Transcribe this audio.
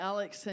Alex